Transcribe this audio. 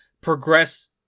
progress